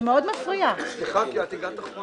חברי הכנסת,